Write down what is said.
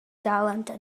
dalent